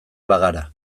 bagara